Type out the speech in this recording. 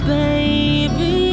baby